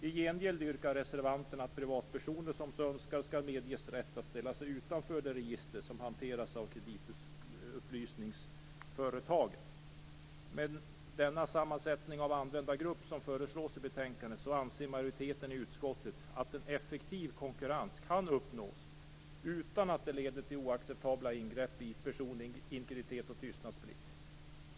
I gengäld yrkar reservanterna att privatpersoner som så önskar skall medges rätt att ställa sig utanför det register som hanteras av kreditupplysningsföretagen. Med den sammansättning av användargrupp som föreslås i betänkandet anser majoriteten i utskottet att en effektiv konkurrens kan uppnås utan att det leder till oacceptabla ingrepp i personlig integritet och tystnadsplikt.